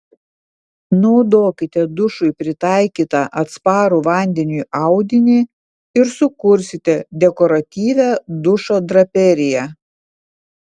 naudokite dušui pritaikytą atsparų vandeniui audinį ir sukursite dekoratyvią dušo draperiją